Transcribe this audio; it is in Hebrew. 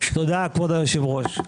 תודה, כבוד היושב-ראש.